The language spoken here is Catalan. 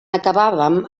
acabàvem